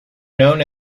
known